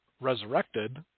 resurrected